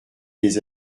des